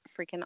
freaking